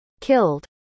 Killed